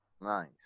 Nice